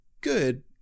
good